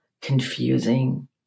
confusing